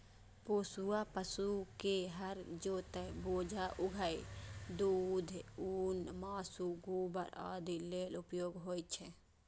पोसुआ पशु के हर जोतय, बोझा उघै, दूध, ऊन, मासु, गोबर आदि लेल उपयोग होइ छै